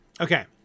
Okay